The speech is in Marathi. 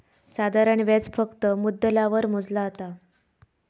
साधारण व्याज फक्त मुद्दलावर मोजला जाता